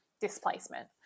displacement